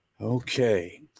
okay